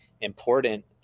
important